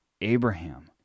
Abraham